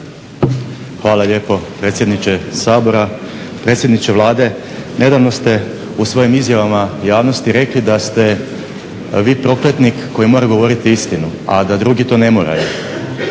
Hvala lijepo predsjedniče Sabora, predsjedniče Vlade. Nedavno ste u svojim izjavama javnosti rekli da ste vi prokletnik koji mora govoriti istinu, a da drugi to ne moraju.